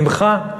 ממך?